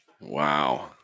wow